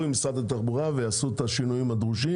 עם משרד התחבורה ויעשו את השינויים הדרושים.